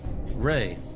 Ray